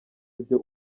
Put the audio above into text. ibyo